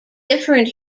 different